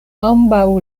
ambaŭ